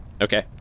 Okay